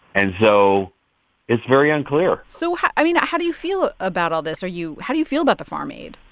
and so it's very unclear so, i mean, how do you feel about all this? are you how do you feel about the farm aid?